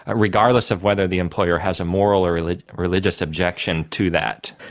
ah regardless of whether the employer has a moral or a religious objection to that.